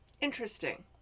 Interesting